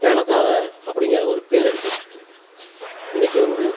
வேலைக்காரன் அப்படிங்கிற ஒரு பெயரு எடுத்து வச்சுருக்கேன் இன்றைக்கு வந்து